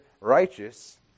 righteous